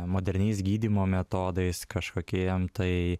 moderniais gydymo metodais kažkokiem tai